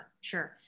sure